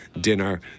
Dinner